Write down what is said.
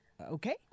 Okay